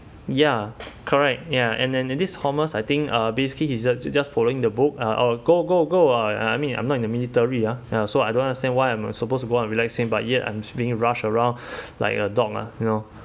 ya correct ya and and and this thomas I think uh basically he just just following the book uh go go go uh I mean I'm not in the military ah ya so I don't understand why I am supposed to go and relaxing but yet I'm being rushed around like a dog ah you know